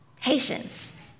Patience